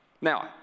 Now